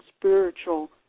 spiritual